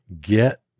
get